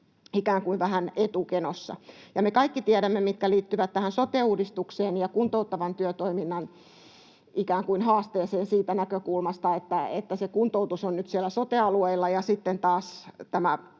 ikään kuin vähän etukenossa. Me kaikki tiedämme, mitä liittyy tähän sote-uudistukseen ja kuntouttavan työtoiminnan haasteeseen siitä näkökulmasta, että se kuntoutus on nyt siellä sote-alueilla ja sitten taas tämä